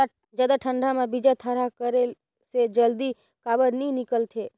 जादा ठंडा म बीजा थरहा करे से जल्दी काबर नी निकलथे?